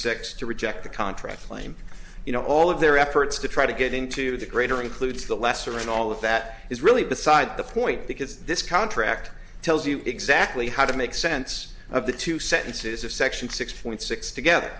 six to reject a claim you know all of their efforts to try to get into the greater includes the lesser and all of that is really beside the point because this contract tells you exactly how to make sense of the two sentences of section six point six together